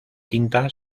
tinta